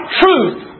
truth